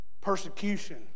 persecution